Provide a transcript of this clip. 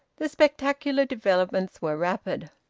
the spectacular developments were rapid.